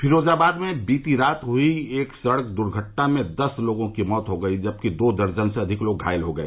फिरोजाबाद में बीती रात हई एक सड़क दूर्घटना में दस लोगों की मौत हो गई जबकि दो दर्जन से अधिक लोग घायल हो गए